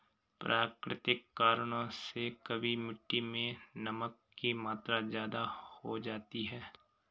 प्राकृतिक कारणों से कभी मिट्टी मैं नमक की मात्रा ज्यादा हो जाती है